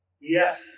yes